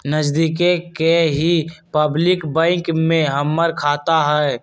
नजदिके के ही पब्लिक बैंक में हमर खाता हई